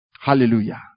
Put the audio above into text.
Hallelujah